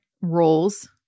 roles